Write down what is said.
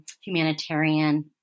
humanitarian